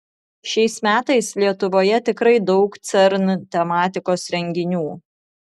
šiais metais lietuvoje tikrai daug cern tematikos renginių